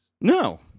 No